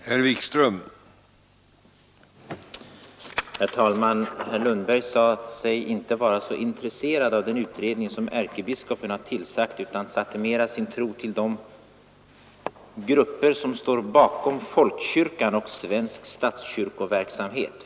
Herr talman! Herr Lundberg sade sig inte vara så intresserad av den utredning som ärkebiskopen har tillsatt utan satte mera sin tro till ”de grupper som står bakom folkkyrkan och svensk statskyrkoverksamhet”.